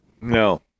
No